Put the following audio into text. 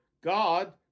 God